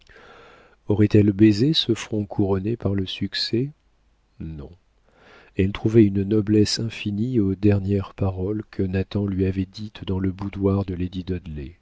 aurait-elle baisé ce front couronné par le succès non elle trouvait une noblesse infinie aux dernières paroles que nathan lui avait dites dans le boudoir de